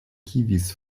kiwis